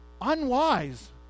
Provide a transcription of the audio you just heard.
unwise